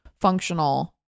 functional